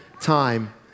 time